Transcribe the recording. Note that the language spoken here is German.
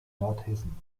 nordhessen